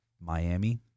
Miami